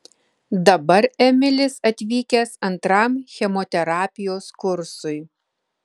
dabar emilis atvykęs antram chemoterapijos kursui